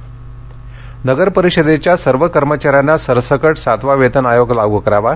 संप जालना नगरपरिषदेच्या सर्व कर्मचाऱ्यांना सरसकट सातवा वेतन आयोग लागू करावा